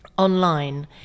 Online